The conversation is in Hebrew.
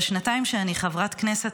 בשנתיים שאני חברת הכנסת,